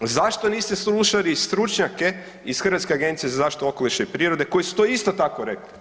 Zašto niste slušali stručnjake iz Hrvatske agencije za zaštitu okoliša i prirode koji su to isto tako rekli?